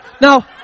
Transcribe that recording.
Now